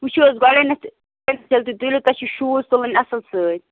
وُچھو حظ گۄڈٕنٮ۪تھ تُلِو تۄہہِ چھِ شوٗز تُلٕنۍ اَصٕل سۭتۍ